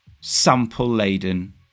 sample-laden